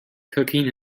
cooking